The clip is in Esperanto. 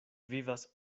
vivas